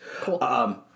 Cool